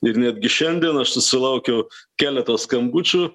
ir netgi šiandien aš susilaukiau keleto skambučių